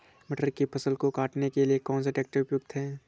मटर की फसल को काटने के लिए कौन सा ट्रैक्टर उपयुक्त है?